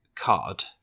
card